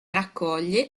raccoglie